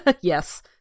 Yes